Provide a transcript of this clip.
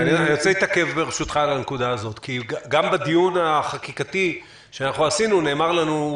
אני רוצה להתעכב על הנקודה הזו כי גם בדיון החקיקתי שעשינו נאמר לנו,